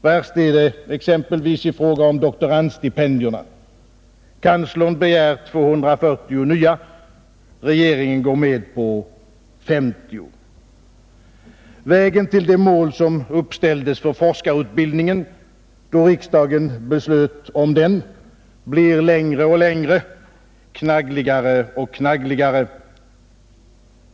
Värst är det i fråga om doktorandstipendierna. Kanslern begär 240 nya; regeringen går med på 50. Vägen till det mål som uppställdes för forskarutbildningen, då riksdagen beslöt om den, blir längre och längre, knaggligare och knaggligare.